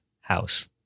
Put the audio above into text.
house